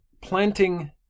planting